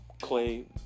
clay